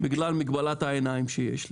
בגלל מגבלת העיניים שיש לי,